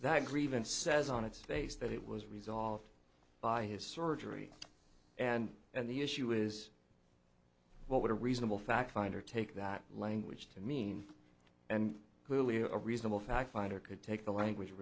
that grievance says on its face that it was resolved by his surgery and and the issue is what would a reasonable fact finder take that language to mean and clearly a reasonable fact finder could take the language